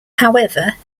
however